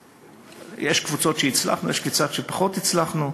ויש קבוצות שהצלחנו, יש קבוצות שפחות הצלחנו,